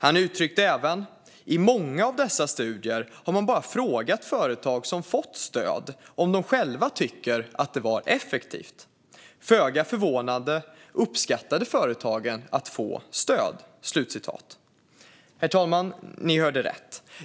Han uttryckte även: "I många av dessa studier har man bara frågat företag som fått stöd om de själva tycker att det var effektivt. Föga förvånande uppskattade företagen att få stöd." Herr talman! Ni hörde rätt.